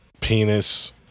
penis